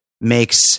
makes